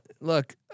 Look